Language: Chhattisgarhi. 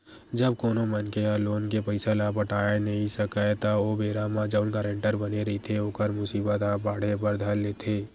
जब कोनो मनखे ह लोन के पइसा ल पटाय नइ सकय त ओ बेरा म जउन गारेंटर बने रहिथे ओखर मुसीबत ह बाड़हे बर धर लेथे